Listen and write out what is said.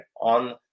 on